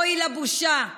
אוי לבושה.